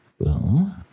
boom